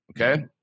Okay